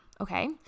okay